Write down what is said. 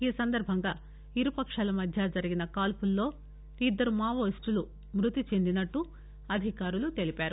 ఈ సందర్భంగా ఇరుపక్షాల మధ్య జరిగిన కాల్పుల్లో ఇద్దరు మావోయిస్టులు మ్బదిచెందినట్లు అధికారులు తెలిపారు